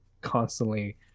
constantly